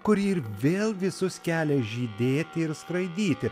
kuri ir vėl visus kelia žydėti ir skraidyti